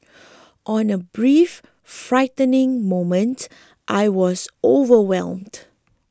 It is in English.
on a brief frightening moment I was overwhelmed